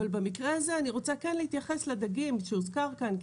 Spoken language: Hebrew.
אבל במקרה הזה אני רוצה כן להתייחס לדגים שהוזכרו כאן.